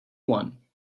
one